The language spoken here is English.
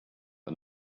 and